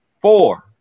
Four